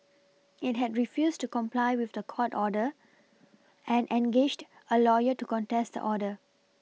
it had refused to comply with the court order and engaged a lawyer to contest the order